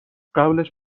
قبلش